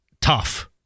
tough